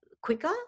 quicker